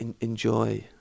Enjoy